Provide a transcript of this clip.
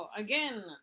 Again